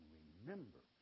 remember